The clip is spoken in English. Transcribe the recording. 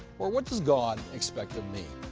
or what does god expect of me?